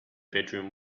bedroom